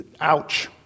Ouch